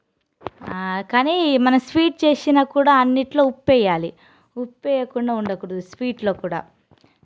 కానీ మన స్వీట్ చేసిన కూడా అన్నిట్లో ఉప్పు వేయాలి ఉప్పు వేయకుండా ఉండకూడదు స్వీట్లో కూడా